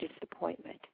disappointment